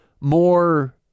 more